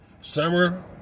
Summer